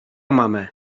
mamę